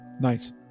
Nice